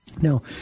Now